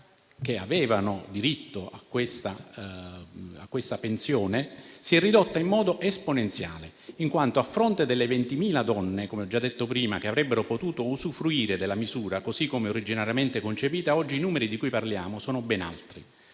che avevano diritto a questa pensione si è ridotta in modo esponenziale. A fronte delle 20.000 donne - come già detto - che avrebbero potuto usufruire della misura così come originariamente concepita, oggi i numeri di cui parliamo sono ben altri.